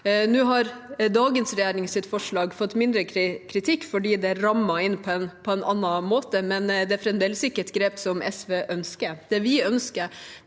Nå har dagens regjerings forslag fått mindre kritikk fordi det rammer det inn på en annen måte, men det er fremdeles ikke et grep som SV ønsker.